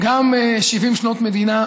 גם 70 שנות מדינה,